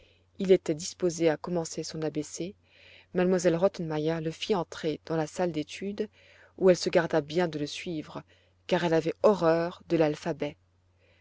il était disposé à commencer son a b c m elle rottenmeier le fit entrer dans la salle d'études où elle se garda bien de le suivre car elle avait horreur de l'alphabet